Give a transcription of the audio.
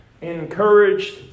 encouraged